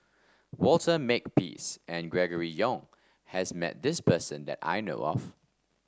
Walter Makepeace and Gregory Yong has met this person that I know of